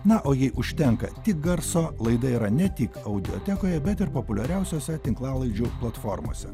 na o jei užtenka tik garso laida yra ne tik audiotekoje bet ir populiariausiose tinklalaidžių platformose